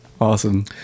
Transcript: Awesome